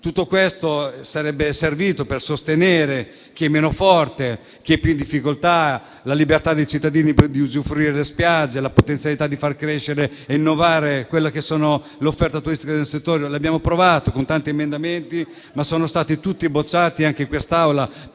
Tutto questo sarebbe servito per sostenere chi è meno forte, chi è più in difficoltà, la libertà dei cittadini di usufruire delle spiagge, la potenzialità di far crescere e innovare l'offerta turistica del settore. Ci abbiamo approvato con tanti emendamenti, ma sono stati tutti respinti, anche in quest'Aula.